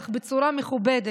אך בצורה מכובדת,